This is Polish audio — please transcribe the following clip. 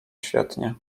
świetnie